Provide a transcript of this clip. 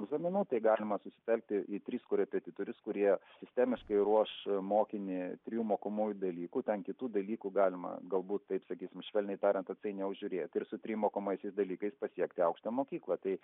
egzaminų tai galima susitelkti į tris korepetitorius kurie sistemiškai ruoš mokinį trijų mokomųjų dalykų ten kitų dalykų galima galbūt tai tragizmu švelniai tariant atsainiau žiūrėti ir su trim mokomaisiais dalykais pasiekti aukštąjį mokyklą tai